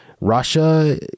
Russia